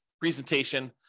presentation